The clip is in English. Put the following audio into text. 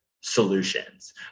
solutions